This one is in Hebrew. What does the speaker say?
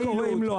ומה קורה אם לא?